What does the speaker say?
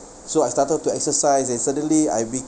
so I started to exercise and suddenly I became